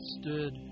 stood